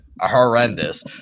horrendous